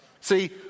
see